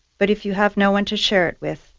but if you have no one to share it with,